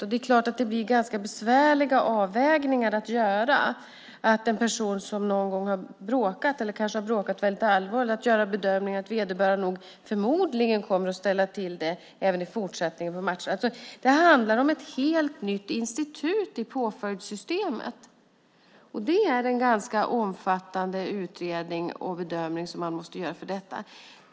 Och det är klart att det blir ganska besvärliga avvägningar att göra. När det är fråga om en person som någon gång har bråkat eller kanske har bråkat väldigt allvarligt ska bedömningen göras att vederbörande förmodligen kommer att ställa till det även i fortsättningen på matcherna. Det handlar om ett helt nytt institut i påföljdssystemet. Och det är en ganska omfattande utredning och bedömning som man måste göra för detta.